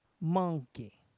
Monkey